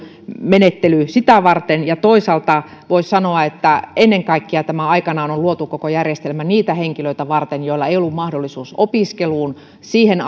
menettely sitä varten ja toisaalta voisi sanoa että ennen kaikkea aikanaan on luotu koko järjestelmä niitä henkilöitä varten joilla ei ollut mahdollisuutta opiskeluun siihen